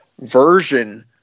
version